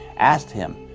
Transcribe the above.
asked him,